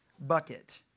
bucket